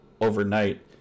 overnight